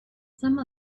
some